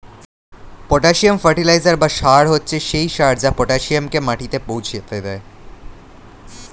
potassium fertiliser বা সার হচ্ছে সেই সার যা পটাসিয়ামকে মাটিতে পৌঁছাতে দেয়